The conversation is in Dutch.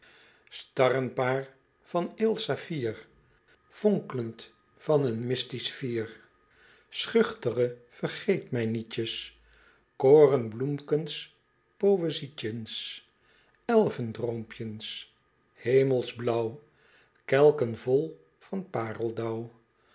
starrenpaar van eel saffier fonklend van een mystiesch vier schuchtere vergeet mij nietjens korenfaloemkens poezietjens elvendroompjens hemelsblauw kelken vol van paereldauw